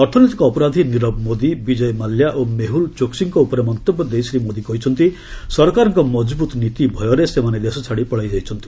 ଅର୍ଥନୈତିକ ଅପରାଧୀ ନୀରବ ମୋଦି ବିଜୟ ମାଲ୍ୟା ଓ ମେହୁଲ ଚୋକସୀଙ୍କ ଉପରେ ମନ୍ତବ୍ୟ ଦେଇ ଶ୍ରୀମୋଦି କହିଛନ୍ତି ସରକାରଙ୍କ ମଜବୁତ ନୀତି ଭୟରେ ସେମାନେ ଦେଶଛାଡି ଚାଲିଯାଇଛନ୍ତି